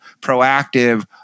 proactive